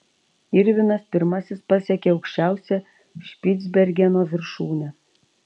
irvinas pirmasis pasiekė aukščiausią špicbergeno viršūnę